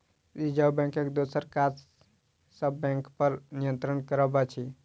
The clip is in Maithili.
रिजर्व बैंकक दोसर काज सब बैंकपर नियंत्रण करब अछि